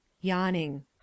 Yawning